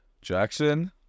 Jackson